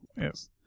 Yes